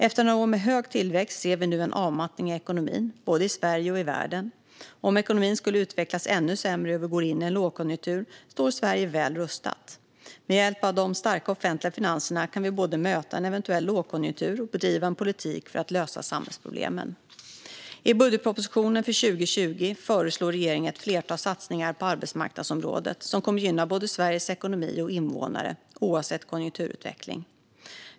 Efter några år med hög tillväxt ser vi nu en avmattning i ekonomin, både i Sverige och i världen. Om ekonomin skulle utvecklas ännu sämre och vi går in i en lågkonjunktur står Sverige väl rustat. Med hjälp av de starka offentliga finanserna kan vi både möta en eventuell lågkonjunktur och bedriva en politik för att lösa samhällsproblemen. I budgetpropositionen för 2020 föreslår regeringen ett flertal satsningar på arbetsmarknadsområdet som kommer att gynna både Sveriges ekonomi och invånare, oavsett konjunkturutveckling.